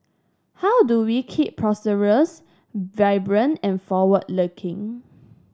how do we keep prosperous vibrant and forward looking